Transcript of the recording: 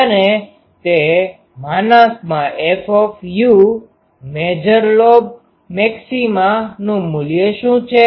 અને તે F major lobe મેક્સિમાનુ મૂલ્ય શું છે